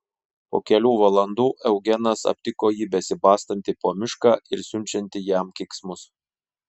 po kelių valandų eugenas aptiko jį besibastantį po mišką ir siunčiantį jam keiksmus